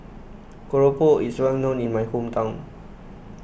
Keropok is well known in my hometown